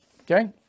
Okay